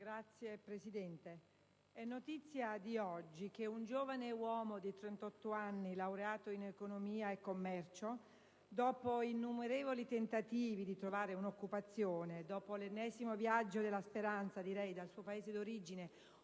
Signor Presidente, è notizia di oggi che un giovane uomo di 38 anni, laureato in economia e commercio, dopo innumerevoli tentativi di trovare un'occupazione e dopo l'ennesimo viaggio della speranza dal suo paese d'origine,